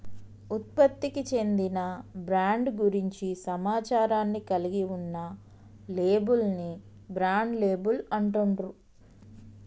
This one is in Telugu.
ఉత్పత్తికి చెందిన బ్రాండ్ గురించి సమాచారాన్ని కలిగి ఉన్న లేబుల్ ని బ్రాండ్ లేబుల్ అంటుండ్రు